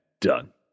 done